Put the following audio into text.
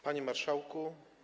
Panie Marszałku!